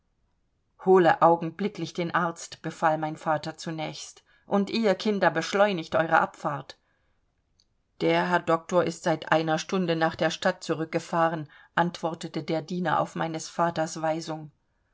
hole augenblicklich den arzt befahl mein vater zunächst und ihr kinder beschleunigt eure abfahrt der herr doktor ist seit einer stunde nach der stadt zurückgefahren antwortete der diener auf meines vaters weisung